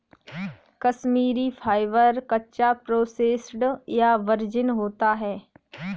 Kashmiri fibre, कच्चा, processed या virgin होता है